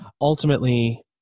ultimately